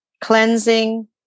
cleansing